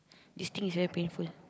this thing is very painful